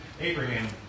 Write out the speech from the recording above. Abraham